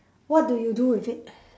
what do you do with it